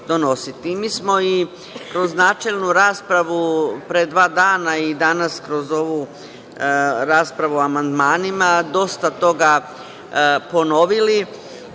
smo i kroz načelnu raspravu pre dva dana i danas kroz ovu raspravu o amandmanima dosta toga ponovili.